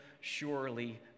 surely